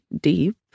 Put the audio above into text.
deep